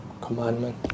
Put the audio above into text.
commandment